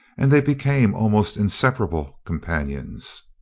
and they became almost inseparable companions.